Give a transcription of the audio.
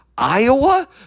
Iowa